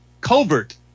covert